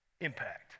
impact